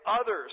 others